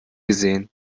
gesehen